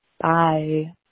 bye